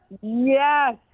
Yes